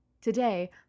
Today